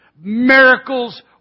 Miracles